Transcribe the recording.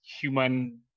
human